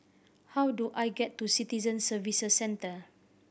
how do I get to Citizen Services Centre